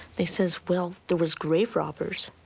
they says, well, there was grave robbers.